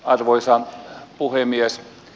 arvoisa puhemies